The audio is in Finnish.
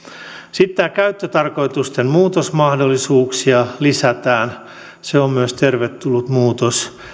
sitten käyttötarkoitusten muutosmahdollisuuksia lisätään myös se on tervetullut muutos